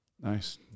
Nice